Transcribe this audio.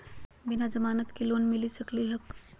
बिना जमानत के लोन मिली सकली का हो?